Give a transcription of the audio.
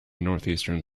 northeastern